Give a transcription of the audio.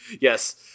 Yes